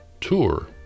tour